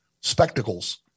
spectacles